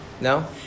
No